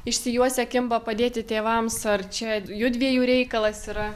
išsijuosę kimba padėti tėvams ar čia judviejų reikalas yra